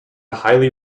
highly